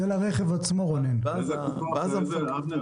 אבנר,